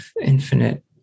infinite